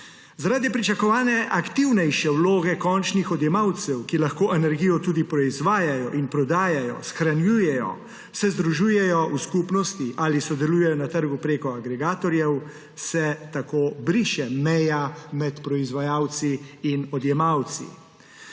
Zaradi pričakovane aktivnejše vloge končnih odjemalcev, ki lahko energijo tudi proizvajajo in prodajajo, shranjujejo, se združujejo v skupnosti ali sodelujejo na trgu preko agregatorjev, se tako briše meja med proizvajalci in odjemalci.